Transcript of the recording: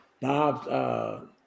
Bob